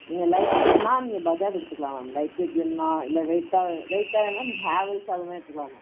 நீங்கள் லைட் வெயிட்னா நீங்கள் பஜாஜ் எடுத்துக்கலாம் மேம் லைட் வெயிட் வேணுன்னா இல்லை வெயிட்டாக வெயிட்டாக வேணுன்னா நீங்கள் ஹெர்வெல்ஸ் அதுமாரி எடுத்துக்கலாம் மேம்